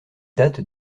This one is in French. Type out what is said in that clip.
date